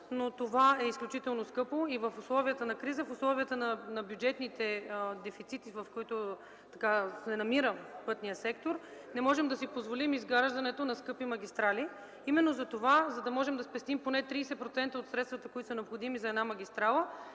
но това е изключително скъпо и в условията на криза, в условията на бюджетните дефицити, в които се намира пътният сектор, не можем да си позволим изграждането на скъпи магистрали. Именно затова, за да можем да спестим поне 30% от средствата, които са необходими за една магистрала,